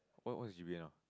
what what is G_P_A now